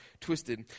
twisted